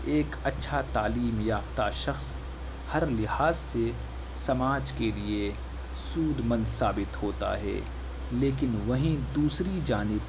ایک اچھا تعلیم یافتہ شخص ہر لحاظ سے سماج کے لیے سود مند ثابت ہوتا ہے لیکن وہیں دوسری جانب